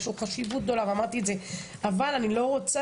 ויש לו חשיבות גדולה ואמרתי את זה - אבל אני לא רוצה